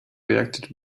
reacted